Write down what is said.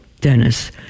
Dennis